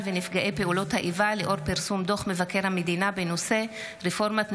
מסקנות הוועדה לענייני ביקורת המדינה בעקבות דיון